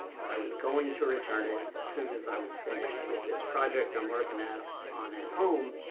but i was going to return it as soon as i was finished with this project i'm working at on at home,